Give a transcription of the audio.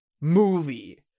movie